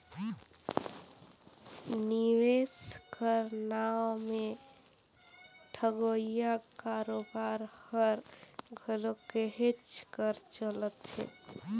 निवेस कर नांव में ठगोइया कारोबार हर घलो कहेच कर चलत हे